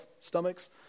stomachs